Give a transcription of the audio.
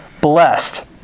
blessed